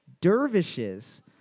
dervishes